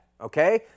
Okay